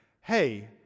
hey